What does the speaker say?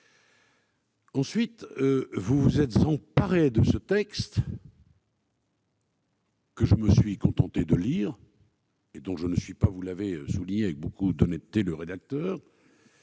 que vous vous êtes emparé de ce texte, que je me suis contenté de lire et dont je ne suis pas, vous l'avez souligné avec beaucoup d'honnêteté, le rédacteur.